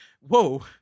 whoa